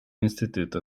institute